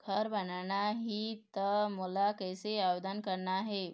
घर बनाना ही त मोला कैसे आवेदन करना हे?